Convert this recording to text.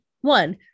One